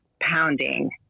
pounding